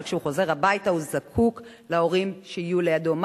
אבל כשהוא חוזר הביתה הוא זקוק להורים שיהיו לידו.